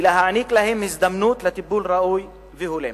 ולהעניק להם הזדמנות לטיפול ראוי והולם.